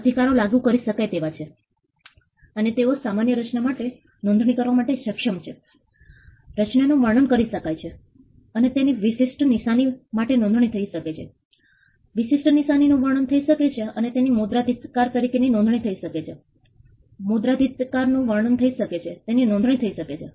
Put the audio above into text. તેથી અધિકારો લાગુ કરી શકાય તેવા છે અને તેઓ સમાન રચના માટે નોંધણી કરવા માટે સક્ષમ છે રચના નું વર્ણન કરી શકાય છે અને તેની વિશિષ્ટ નિશાની માટે નોંધણી થઇ શકે છે વિશિષ્ટ નિશાની નું વર્ણન થઇ શકે છે અને તેની મુદ્રણાધિકાર તરીકે નોંધણી થઇ શકે છે મુદ્રણાધિકાર નું વર્ણન થઇ શકે છે અને તેની નોંધણી થઇ શકે છે